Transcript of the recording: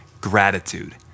gratitude